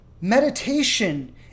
meditation